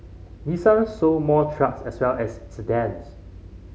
Nissan sold more trucks as well as sedans